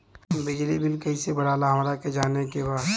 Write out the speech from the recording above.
बिजली बिल कईसे भराला हमरा के जाने के बा?